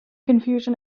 confusion